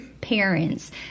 parents